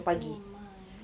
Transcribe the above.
oh my